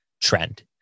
trend